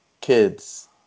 kids